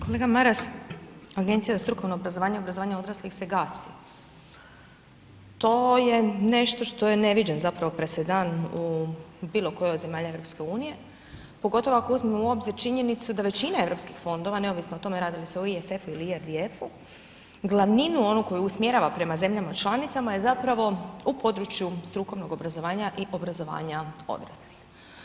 Kolega Maras, Agencija za strukovno obrazovanje i obrazovanje odraslih se gasi, to je nešto što je neviđen zapravo presedan u bilo kojoj od zemalja EU, pogotovo ako uzmemo u obzir činjenicu da većina Europskih fondova, neovisno o tome radi li se o ISF-u ili IRDF-u, glavninu onu koju usmjerava prema zemljama članicama je zapravo u području strukovnog obrazovanja i obrazovanja odraslih.